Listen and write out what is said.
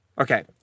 Okay